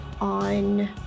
on